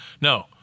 No